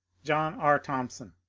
john r. thompson,